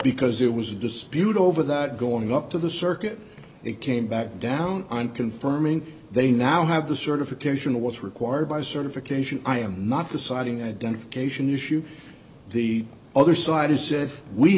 because it was a dispute over that going up to the circuit it came back down and confirming they now have the certification that was required by certification i am not deciding identification issue the other side has said we